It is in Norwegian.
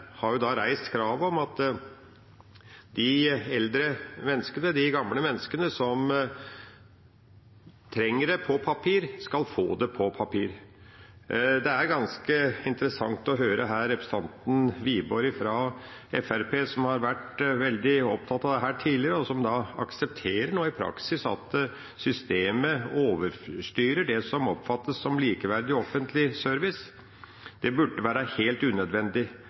reist krav om at de eldre menneskene, de gamle menneskene som trenger dette på papir, skal få det på papir. Det er ganske interessant å høre her representanten Wiborg fra Fremskrittspartiet, som har vært veldig opptatt av dette tidligere, og som nå aksepterer i praksis at systemet overstyrer det som oppfattes som likeverdig offentlig service. Det burde være helt unødvendig.